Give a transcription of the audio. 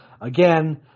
again